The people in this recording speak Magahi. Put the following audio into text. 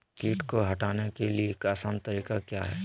किट की हटाने के ली आसान तरीका क्या है?